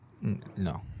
no